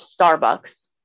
Starbucks